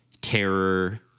terror